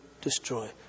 destroy